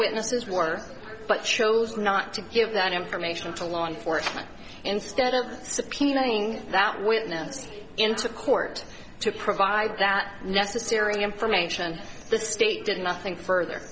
witnesses were but chose not to give that information to law enforcement instead of subpoenaing that witness into court to provide that necessary information the state did nothing further